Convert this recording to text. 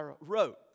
wrote